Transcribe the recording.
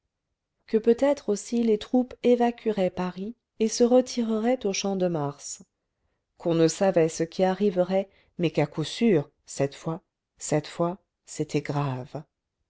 que peut-être aussi les troupes évacueraient paris et se retireraient au champ de mars qu'on ne savait ce qui arriverait mais qu'à coup sûr cette fois c'était grave